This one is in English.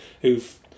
who've